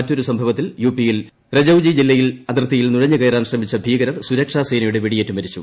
മറ്റൊരു സംഭവത്തിൽ യുപിയിൽ രജൌറി ജില്ലയിലെ അതിർത്തിയിൽ നുഴഞ്ഞു കയറാൻ ശ്രമിച്ച ഭീകരർ സുരക്ഷാ സേനയുടെ വെടിയേറ്റ് മരിച്ചു